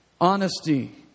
Honesty